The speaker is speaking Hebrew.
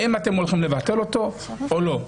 האם אתם הולכים לבטל אותו או לא?